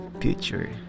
future